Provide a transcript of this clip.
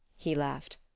he laughed.